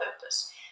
purpose